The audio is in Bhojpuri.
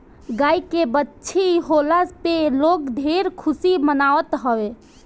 गाई के बाछी होखला पे लोग ढेर खुशी मनावत हवे